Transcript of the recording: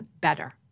better